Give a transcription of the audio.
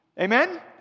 Amen